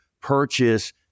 purchase